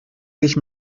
sich